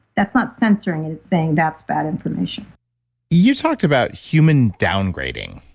that's not censoring, and it's saying that's bad information you talked about human downgrading.